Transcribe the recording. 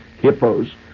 hippos